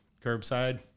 curbside